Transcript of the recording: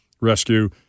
rescue